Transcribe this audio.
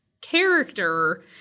character